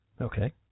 Okay